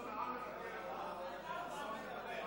חבר הכנסת יואל חסון,